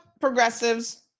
progressives